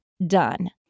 done